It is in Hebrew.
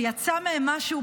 שיצא מהן משהו,